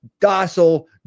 docile